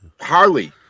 Harley